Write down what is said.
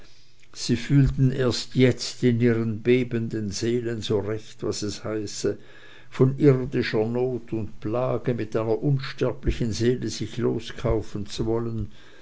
sie fühlten erst jetzt in ihren bebenden seelen so recht was es heiße von irdischer not und plage mit einer unsterblichen seele sich loskaufen zu wollen